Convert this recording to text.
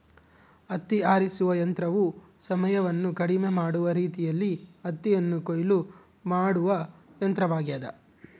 ಹತ್ತಿ ಆರಿಸುವ ಯಂತ್ರವು ಸಮಯವನ್ನು ಕಡಿಮೆ ಮಾಡುವ ರೀತಿಯಲ್ಲಿ ಹತ್ತಿಯನ್ನು ಕೊಯ್ಲು ಮಾಡುವ ಯಂತ್ರವಾಗ್ಯದ